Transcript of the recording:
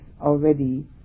already